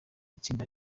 itsinda